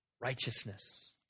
Righteousness